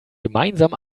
gemeinsam